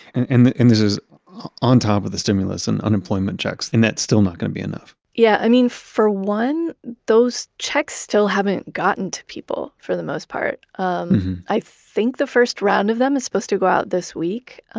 and and this is on top of the stimulus and unemployment checks. and that's still not going to be enough yeah, i mean, for one, those checks still haven't gotten to people for the most part. um i think the first round of them is supposed to go out this week.